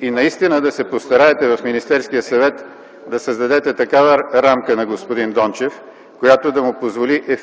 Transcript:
и наистина да се постараете в Министерския съвет да създадете такава рамка на господин Дончев, която да му позволи да координира